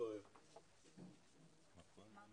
בגלל שזה בטל בשישים אתם צריכים